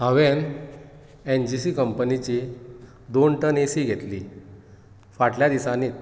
हांवेन N G C कंपनिची दोन टन एसी घेतली फाटल्या दिसांनीच